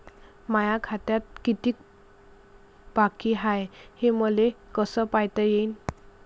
माया खात्यात कितीक बाकी हाय, हे मले कस पायता येईन?